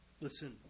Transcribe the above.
Listen